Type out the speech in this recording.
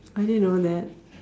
I didn't know that